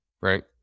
right